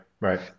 Right